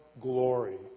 glory